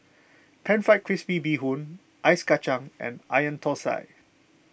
Pan Fried Crispy Bee Hoon Ice Kachang and Onion Thosai